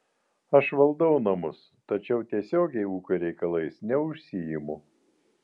aš valdau namus tačiau tiesiogiai ūkio reikalais neužsiimu